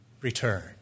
return